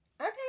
Okay